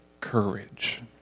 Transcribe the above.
courage